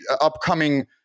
upcoming